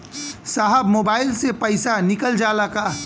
साहब मोबाइल से पैसा निकल जाला का?